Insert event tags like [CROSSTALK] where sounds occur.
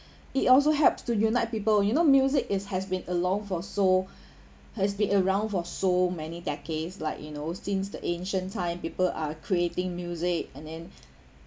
also helps to unite people you know music it has been along for so [BREATH] has been around for so many decades like you know since the ancient time people are creating music and then [BREATH]